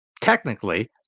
technically